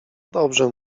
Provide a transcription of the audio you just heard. dobrze